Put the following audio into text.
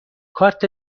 کارت